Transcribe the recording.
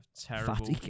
terrible